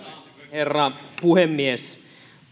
herra puhemies